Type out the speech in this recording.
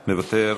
מוותר,